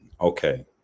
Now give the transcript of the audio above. Okay